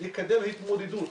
לקדם התמודדות